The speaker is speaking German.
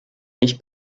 nicht